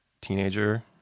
teenager